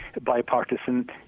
bipartisan